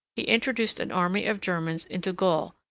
he introduced an army of germans into gaul,